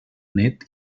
net